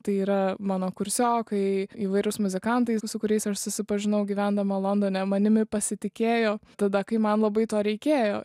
tai yra mano kursiokai įvairūs muzikantai su kuriais aš susipažinau gyvendama londone manimi pasitikėjo tada kai man labai to reikėjo